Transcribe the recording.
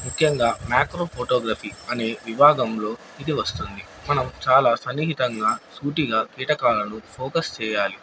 ముఖ్యంగా macro photography అనే విభాగంలో ఇది వస్తుంది మనం చాలా సన్నిహితంగా సూటిగా కీటకాలను ఫోకస్ చేయాలి